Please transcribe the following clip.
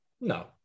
No